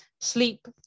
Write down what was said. sleep